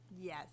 Yes